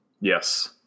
Yes